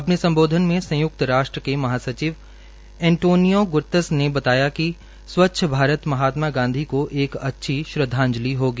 अपने सम्बोधन में संयुक्त राष्ट्र के महासचिव एनटोमियो ग्तरस ने कि स्वच्छ भारत महात्मा गांधी को एक अच्छी श्रद्वाजंलि होगी